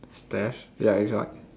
stairs ya it's white